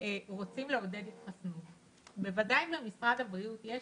רוצים לעודד התחסנות, בוודאי במשרד הבריאות יש